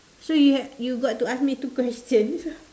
so you have you got to ask me two questions